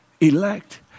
elect